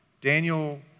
Daniel